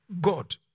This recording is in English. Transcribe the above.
God